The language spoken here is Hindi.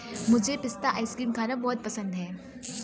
मुझे पिस्ता आइसक्रीम खाना बहुत पसंद है